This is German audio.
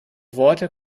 worte